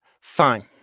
Fine